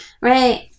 Right